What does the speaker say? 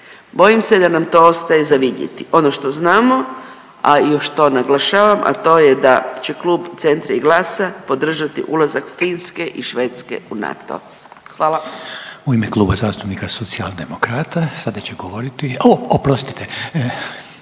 bojim se da nam to ostaje za vidjeti. Ono što znamo, a i što naglašavam, a to je da će Klub Centra i GLAS-a podržati ulazak Finske i Švedske u NATO. Hvala.